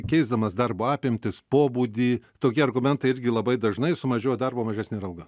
keisdamas darbo apimtis pobūdį tokie argumentai irgi labai dažnai sumažėjo darbo mažesnė ir alga